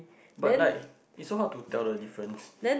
but like it's so hard to tell the difference